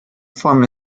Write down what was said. form